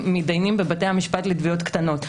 מידיינים בבתי המשפט לתביעות קטנות.